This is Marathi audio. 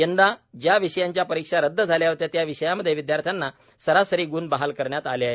यंदा ज्या विषयांच्या परिक्षा रदद झाल्या होत्या त्या विषयामध्ये विद्यार्थ्यांना सरासरी ग्ण बहाल करण्यात आले आहेत